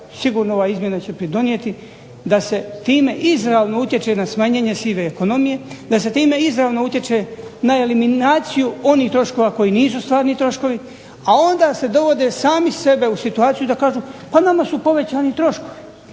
sigurno će ove izmjene pridonijeti da se time izravno utječe na smanjenje sive ekonomije, da se time izravno utječe na eliminaciju onih troškova koji nisu stvari troškovi, a onda se dovode sami sebe u situaciju da kažu, pa nama su povećani troškovi.